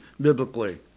biblically